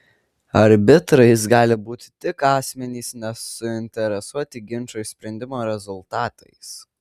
arbitrais gali būti tik asmenys nesuinteresuoti ginčo išsprendimo rezultatais